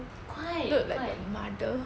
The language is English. quite